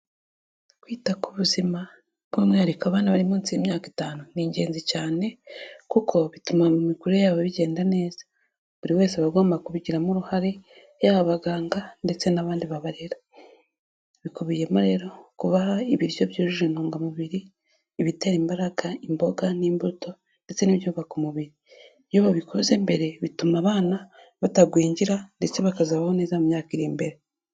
Kwita ku buzima bw'umwihariko abana bari munsi y'imyaka itanu, ni ingenzi cyane, kuko bituma mu mikurire yabo bigenda neza, buri wese aba agomba kubigiramo uruhare, yaba abaganga ndetse n'abandi babarera, bikubiyemo rero kubaha ibiryo byujuje intungamubiri, ibitera imbaraga, imboga n'imbuto ndetse n'ibyubaka umubiri, iyo babikoze mbere bituma abana batagwingira, ndetse bakazabaho neza mu myaka iri imbere.